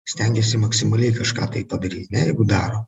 stengiasi maksimaliai kažką tai padaryt ne jeigu daro